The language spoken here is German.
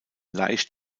leicht